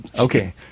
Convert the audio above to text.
Okay